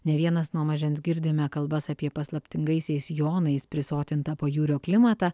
ne vienas nuo mažens girdime kalbas apie paslaptingaisiais jonais prisotintą pajūrio klimatą